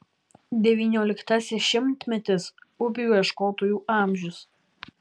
devynioliktasis šimtmetis upių ieškotojų amžius